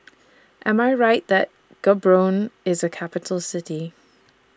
Am I Right that Gaborone IS A Capital City